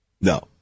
No